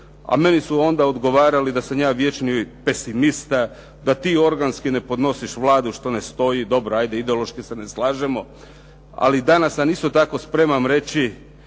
a meni su onda odgovarali da sam je vječni pesimista, da ti organski ne podnosiš Vladu što ne stoji, dobro ajde ideološki se ne slažemo, ali danas se isto tako spremam reći,